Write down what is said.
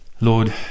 Lord